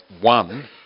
one